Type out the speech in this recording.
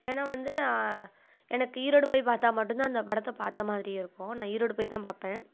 ஏனால் வந்து எனக்கு ஈரோடு போய் பார்த்தா மட்டும்தான் அந்த படத்தை பார்த்த மாதிரியே இருக்கும் நான் ஈரோடு போய்தான் பார்ப்பேன்